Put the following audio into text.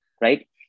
right